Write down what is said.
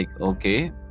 okay